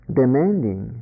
demanding